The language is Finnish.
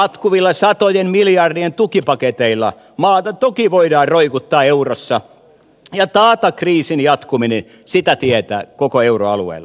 jatkuvilla satojen miljardien tukipaketeilla maata toki voidaan roikuttaa eurossa ja taata kriisin jatkuminen sitä tietä koko euroalueella